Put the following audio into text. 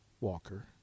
Walker